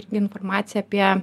informaciją apie